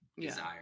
desire